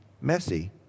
messy